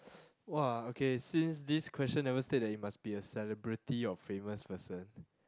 !wah! okay since this question never state that it must be a celebrity or famous person